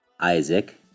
Isaac